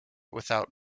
without